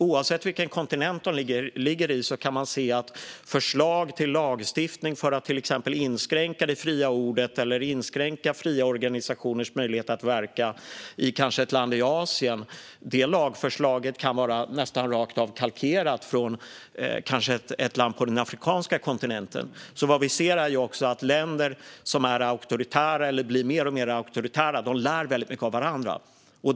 Oavsett vilken kontinent länderna ligger på kan man se att förslag till lagstiftning för att till exempel inskränka det fria ordet eller fria organisationers möjlighet att verka kan i ett land i Asien nästan rakt av vara kalkerat från ett land på den afrikanska kontinenten. Vad vi ser är alltså att länder som är eller håller på att bli alltmer auktoritära lär väldigt mycket av varandra.